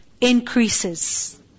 increases